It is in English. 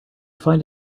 find